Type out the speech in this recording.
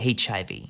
HIV